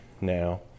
now